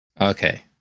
okay